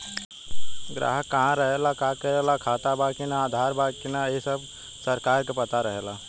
ग्राहक कहा रहेला, का करेला, खाता बा कि ना, आधार बा कि ना इ सब सरकार के पता रहेला